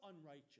unrighteous